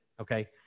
okay